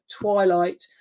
twilight